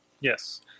Yes